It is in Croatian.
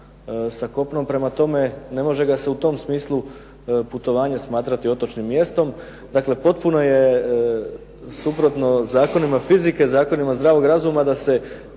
sa kopnom. Prema tome ne može ga se u tom smislu putovanja smatrati otočnim mjestom. Dakle potpuno je suprotno zakonima fizike, zakonima zdravog razuma da se